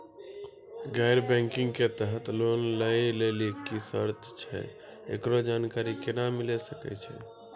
गैर बैंकिंग के तहत लोन लए लेली की सर्त छै, एकरो जानकारी केना मिले सकय छै?